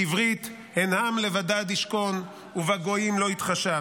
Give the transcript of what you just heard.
בעברית: "הן עם לבדד ישכן ובגוים לא יתחשב".